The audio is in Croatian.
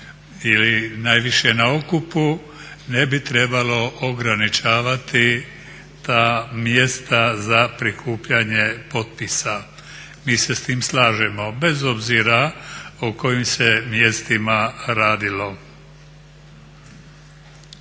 ili najviše na okupu ne bi trebalo ograničavati ta mjesta za prikupljanje popisa. Mi se s time slažemo bez obzira o kojim se mjestima radilo.